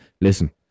listen